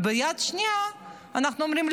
וביד השנייה אנחנו אומרים,